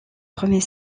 premier